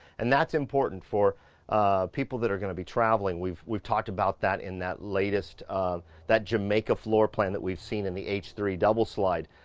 and that's important for people that are going to be traveling. we've we've talked about that in that latest that jamaica floor plan that we've seen in the h three double slide.